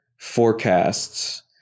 forecasts